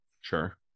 Sure